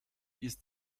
ist